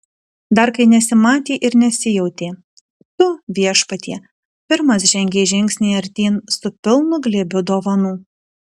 dar kai nesimatė ir nesijautė tu viešpatie pirmas žengei žingsnį artyn su pilnu glėbiu dovanų